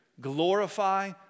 glorify